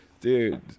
Dude